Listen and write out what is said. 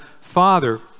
Father